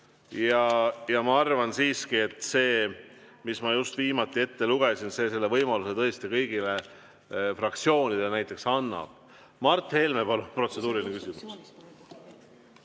Ma arvan siiski, et see, mis ma just viimati ette lugesin, selle võimaluse tõesti kõigile fraktsioonidele annab. Mart Helme, palun, protseduuriline küsimus!